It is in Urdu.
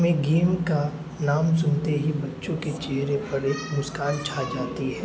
میں گیم کا نام سنتے ہی بچوں کے چہرے پر ایک مسکان چھا جاتی ہے